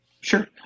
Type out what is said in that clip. sure